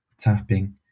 tapping